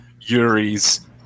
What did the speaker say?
Yuri's